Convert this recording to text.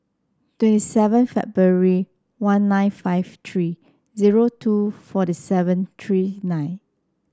twenty seven February one nine five three two forty seven three nine